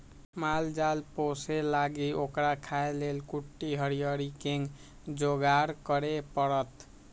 माल जाल पोशे लागी ओकरा खाय् लेल कुट्टी हरियरी कें जोगार करे परत